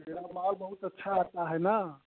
माल बहुत अच्छा आता है न